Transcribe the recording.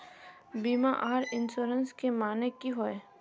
बीमा आर इंश्योरेंस के माने की होय?